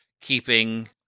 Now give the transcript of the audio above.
keeping